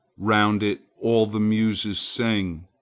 round it all the muses sing.